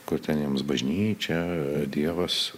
kur ten jiems bažnyčia dievas